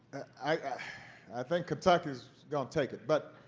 i i think kentucky is going to take it. but,